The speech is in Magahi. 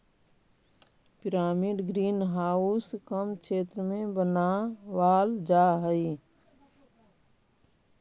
पिरामिड ग्रीन हाउस कम क्षेत्र में बनावाल जा हई